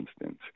instance